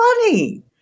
funny